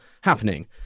happening